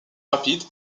rapides